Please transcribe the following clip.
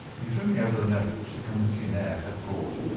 he threw me over the note which the commissionaire had brought.